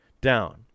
down